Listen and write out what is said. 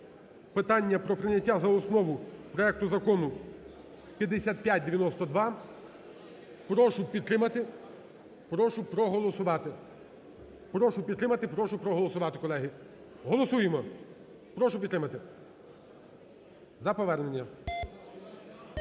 питання про прийняття за основу проекту Закону 5592, прошу підтримати, прошу проголосувати. Прошу підтримати, прошу проголосувати, колеги. Голосуємо, прошу підтримати за повернення.